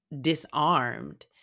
disarmed